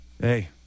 hey